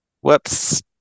Whoops